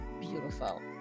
beautiful